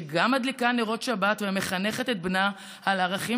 שגם מדליקה נרות שבת ומחנכת את בנה על ערכים